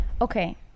Okay